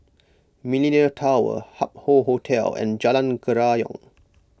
Millenia Tower Hup Hoe Hotel and Jalan Kerayong